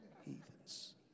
heathens